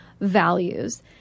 values